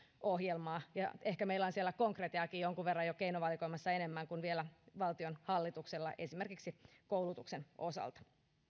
ohjelmaa ja ehkä meillä on siellä konkretiaakin jonkun verran jo keinovalikoimassa enemmän kuin vielä valtion hallituksella esimerkiksi koulutuksen osalta